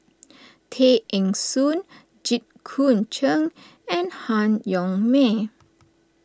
Tay Eng Soon Jit Koon Ch'ng and Han Yong May